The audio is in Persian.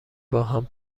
باهم